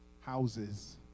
houses